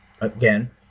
again